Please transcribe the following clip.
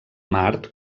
mart